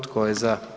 Tko je za?